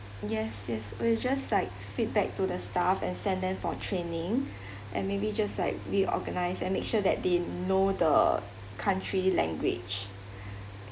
yes yes we will just like feedback to the staff and send them for training and maybe just like reorganize and make sure that they know the country language